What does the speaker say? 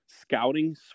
scouting